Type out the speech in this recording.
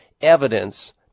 evidence